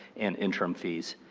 and interim fees.